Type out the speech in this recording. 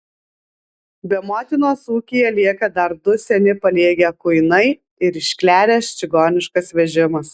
be motinos ūkyje lieka dar du seni paliegę kuinai ir iškleręs čigoniškas vežimas